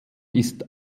ist